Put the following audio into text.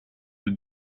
the